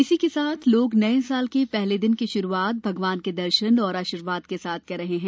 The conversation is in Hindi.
इसी के साथ लोग नए साल के पहले दिन की श्रुआत भगवान के दर्शन और आशीर्वाद के साथ कर रहे हैं